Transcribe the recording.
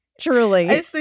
Truly